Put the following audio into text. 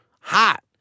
Hot